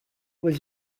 was